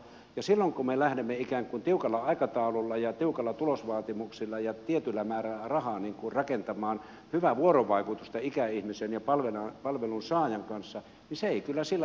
ja silloin kun me lähdemme ikään kuin tiukalla aikataululla ja tiukoilla tulosvaatimuksilla ja tietyllä määrällä rahaa rakentamaan hyvää vuorovaikutusta ikäihmisen ja palvelunsaajan kanssa se ei kyllä sillä tavalla onnistu